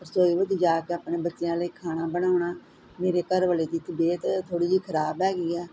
ਰਸੋਈ ਵਿੱਚ ਜਾ ਕੇ ਆਪਣੇ ਬੱਚਿਆਂ ਲਈ ਖਾਣਾ ਬਣਾਉਣਾ ਮੇਰੇ ਘਰ ਵਾਲੇ ਦੀ ਤਬੀਅਤ ਥੋੜੀ ਜਿਹੀ ਖਰਾਬ ਹੈਗੀ ਐ